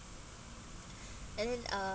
and then uh